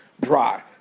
dry